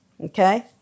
Okay